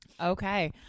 Okay